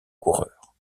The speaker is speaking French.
coureurs